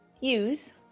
use